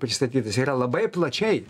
pristatytas yra labai plačiai